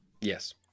Yes